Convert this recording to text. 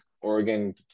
Oregon